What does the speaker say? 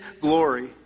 glory